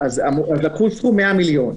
אז לקחו סכום של 100 מיליון.